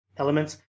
Elements